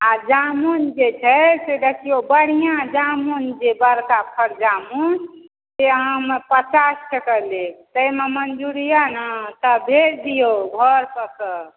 आ जामुन जे छै से देखिऔ बढ़िआँ जामुन जे बड़का फर जामुन से अहाँ हमरा पचास टके लेब ताहिमे मञ्जुर यऽ ने तऽ भेज दिऔ घर परकऽ